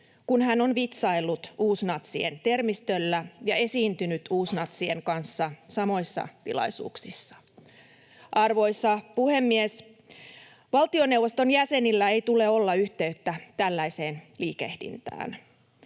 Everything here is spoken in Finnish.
kun hän on vitsaillut uusnatsien termistöllä ja esiintynyt uusnatsien kanssa samoissa tilaisuuksissa. Arvoisa puhemies! Valtioneuvoston jäsenillä ei tule olla yhteyttä tällaiseen liikehdintään.